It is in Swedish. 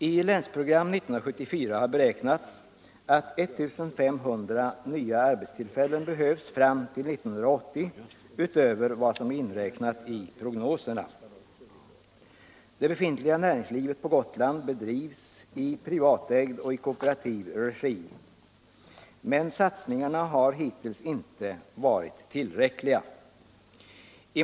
I Länsprogram 1974 har beräknats att 1 500 nya arbetstillfällen behövs fram till 1980 utöver vad som är inräknat i prognoserna. Dei befintliga näringslivet på Gotland bedrivs i privatägd och i kooperativ regi. Men satsningarna har hittills inte varit tillräckliga.